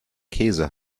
käse